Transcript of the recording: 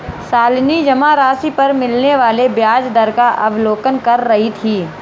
शालिनी जमा राशि पर मिलने वाले ब्याज दर का अवलोकन कर रही थी